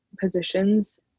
positions